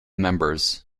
members